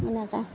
এনেকৈ